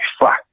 fuck